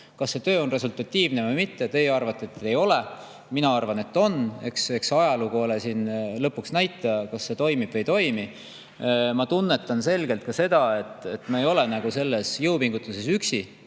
Kas see töö on resultatiivne või mitte? Teie arvate, et ei ole, mina arvan, et on. Eks ajalugu ole siin lõpuks näitaja, kas see toimib või ei toimi. Ma tunnetan selgelt ka seda, et me ei ole selles jõupingutuses üksi.